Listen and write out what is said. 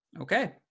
Okay